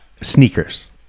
Sneakers